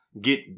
Get